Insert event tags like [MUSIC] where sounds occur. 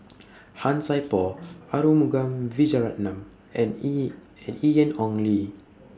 Han Sai Por Arumugam Vijiaratnam and [UNINTELLIGIBLE] and Ian Ong Li